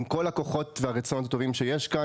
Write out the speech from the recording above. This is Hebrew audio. עם כל הכוחות והרצונות הטובים שיש כאן,